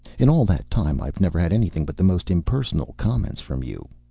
in all that time i've never had anything but the most impersonal comments from you.